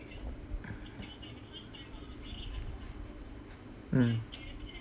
mm